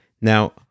Now